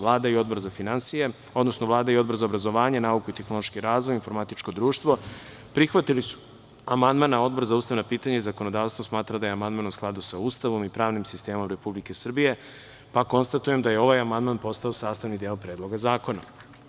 Vlada i Odbor za obrazovanje, nauku, tehnološki razvoj i informatičko društvo prihvatili su amandman, a Odbor za ustavna pitanja i zakonodavstvo smatra da je amandman u skladu sa Ustavom i pravnim sistemom Republike Srbije, pa konstatujem da je ovaj amandman postao sastavni deo Predloga zakona.